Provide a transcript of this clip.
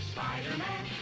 Spider-Man